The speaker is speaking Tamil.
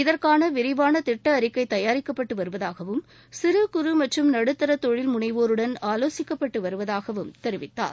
இதற்கான விரிவான திட்ட அறிக்கை தயாரிக்கப்பட்டு வருவதாகவும் சிறு குறு மற்றும் நடுத்தர தொழில் முனைவோருடன் ஆலோசிக்கப்பட்டு வருவதாகவும் தெரிவித்தார்